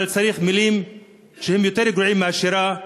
אבל צריך מילים שהן יותר גרועות מהשירה,